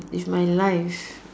if my life